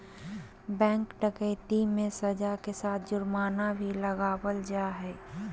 bank डकैती मे सज़ा के साथ जुर्माना भी लगावल जा हय